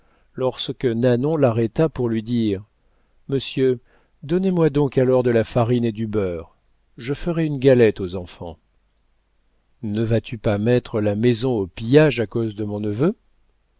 lorsque nanon l'arrêta pour lui dire monsieur donnez-moi donc alors de la farine et du beurre je ferai une galette aux enfants ne vas-tu pas mettre la maison au pillage à cause de mon neveu